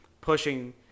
pushing